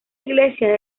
iglesia